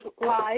Live